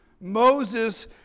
Moses